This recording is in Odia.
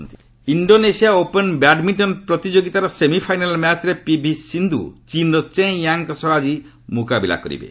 ବ୍ୟାଡ୍ମିଣ୍ଟନ ଇଣ୍ଡୋନେସିଆ ଓପନ୍ ବ୍ୟାଡ୍ମିଣ୍ଟନ ପ୍ରତିଯୋଗିତାର ସେମିଫାଇନାଲ୍ ମ୍ୟାଚ୍ରେ ପିଭି ସିନ୍ଧୁ ଚୀନ୍ର ଚେଁ ୟା ଙ୍କ ସହ ଆଜି ମୁକାବିଲା କରିବେ